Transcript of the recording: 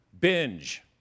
binge